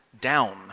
down